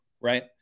right